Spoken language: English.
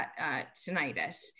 tinnitus